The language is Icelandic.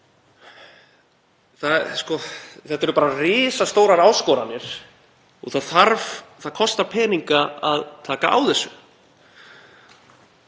Þetta eru risastórar áskoranir og það kostar peninga að taka á þessu.